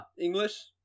english